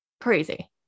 crazy